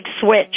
switch